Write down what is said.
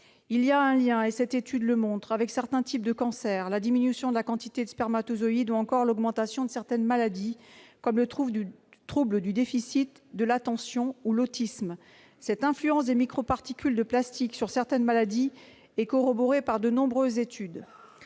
Il y a un lien, et cette étude le montre, avec certains types de cancer, la diminution de la quantité de spermatozoïdes ou encore l'augmentation de certaines maladies, comme le trouble du déficit de l'attention ou l'autisme. L'influence des microparticules de plastique sur certaines maladies est corroborée par de nombreuses études.